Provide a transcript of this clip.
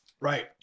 Right